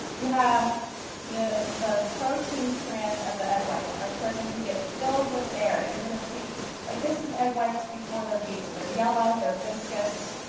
you have the the protein strands of the egg whites are starting to get filled with air. and you're going to see like this egg whites before they're beaten, they're yellow, they're viscous.